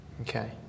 Okay